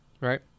right